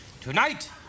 tonight